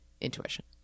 intuition